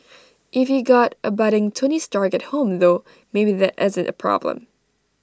if you got A budding tony stark at home though maybe that isn't A problem